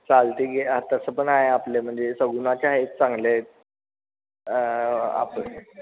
चालते घे आ तसं पण आहे आपले म्हणजे सगुनाचे आहे चांगले आहेत आप